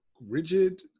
rigid